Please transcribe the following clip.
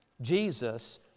Jesus